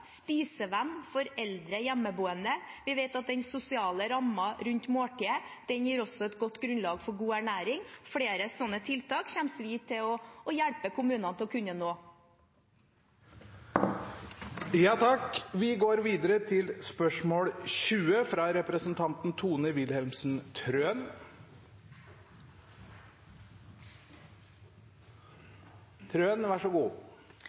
for eldre hjemmeboende. Vi vet at den sosiale rammen rundt måltidet gir et godt grunnlag for god ernæring. Flere slike tiltak kommer vi til å hjelpe kommunene til å kunne nå.